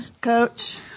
coach